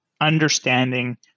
understanding